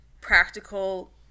practical